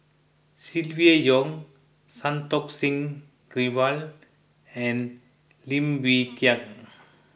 Silvia Yong Santokh Singh Grewal and Lim Wee Kiak